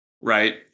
right